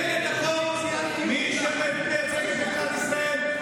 מה שאתה אומר זאת השערה.